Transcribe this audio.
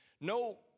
No